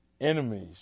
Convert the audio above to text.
enemies